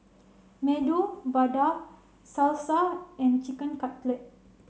Medu Vada Salsa and Chicken Cutlet